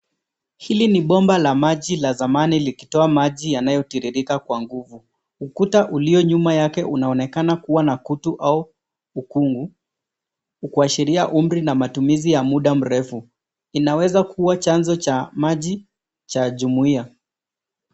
Hili ni bomba la maji la zamani likitoa maji yanayotiririka kwa nguvu. Ukuta ulio nyuma yake unaonekana kuwa na kutu au ukungu, kuashiria umri na matumizi ya muda mrefu. Inaweza kuwa chanzo cha maji cha jumuia.